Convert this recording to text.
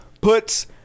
puts